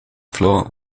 floor